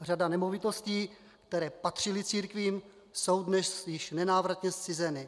Řada nemovitostí, které patřily církvím, je dnes již nenávratně zcizena.